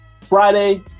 Friday